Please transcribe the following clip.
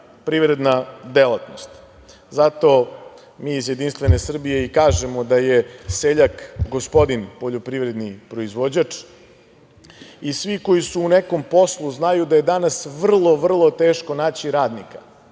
privredna delatnost i zato mi iz Jedinstvene Srbije i kažemo da je seljak gospodin poljoprivredni proizvođač i svi koji su u nekom poslu znaju da je danas vrlo, vrlo teško naći radnika